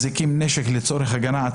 יש היום כאלה שמחזיקים נשק לצורך הגנה,